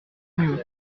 mieux